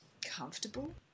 comfortable